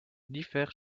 diffère